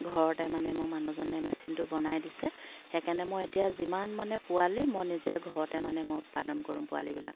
ঘৰতে মানে মোৰ মানুহজনে মেচিনটো বনাই দিছে সেইকাৰণে মই এতিয়া যিমান মানে পোৱালী মই নিজে ঘৰতে মানে মই উৎপাদন কৰোঁ পোৱালিবিলাক